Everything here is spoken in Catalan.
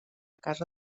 casa